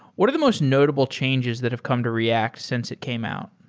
what are the most notable changes that have come to react since it came out?